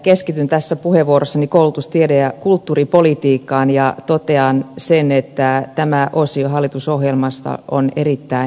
keskityn tässä puheenvuorossani koulutus tiede ja kulttuuripolitiikkaan ja totean sen että tämä osio hallitusohjelmasta on erittäin hyvä